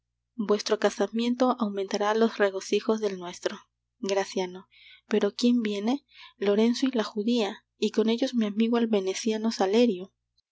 vuestro casamiento aumentará los regocijos del nuestro graciano pero quién viene lorenzo y la judía y con ellos mi amigo el veneciano salerio